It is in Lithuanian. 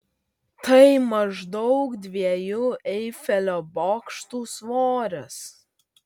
tai maždaug dviejų eifelio bokštų svoris